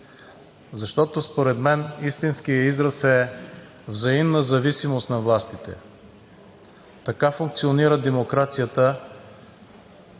Защото според мен истинският израз е „взаимна зависимост на властите“. Така функционира демокрацията